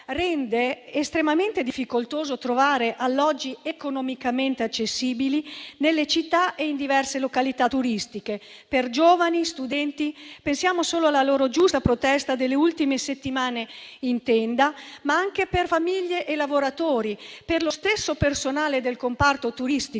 rende estremamente difficoltoso trovare alloggi economicamente accessibili nelle città e in diverse località turistiche: per i giovani studenti (pensiamo solo alla loro giusta protesta in tenda delle ultime settimane), ma anche per famiglie e lavoratori e per lo stesso personale del comparto turistico.